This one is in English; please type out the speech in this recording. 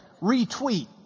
Retweet